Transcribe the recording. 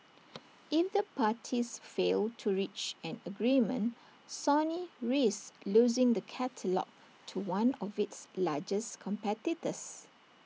if the parties fail to reach an agreement Sony risks losing the catalogue to one of its largest competitors